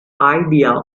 idea